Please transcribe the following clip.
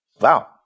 Wow